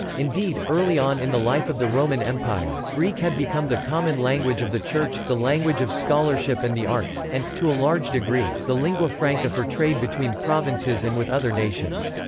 indeed, early on in the life of the roman empire, greek had become the common language of the church, the language of scholarship and the arts, and, to a large degree, the lingua franca for trade between provinces and with other nations.